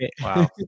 Wow